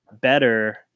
better